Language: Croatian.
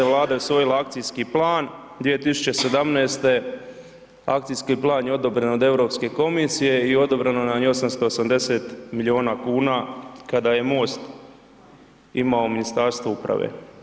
Vlada je usvojila akcijski plan, 2017. akcijski plan je odobren od Europske komisije i odobreno nam je 880 milijuna kuna kada je MOST imao Ministarstvo uprave.